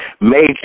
major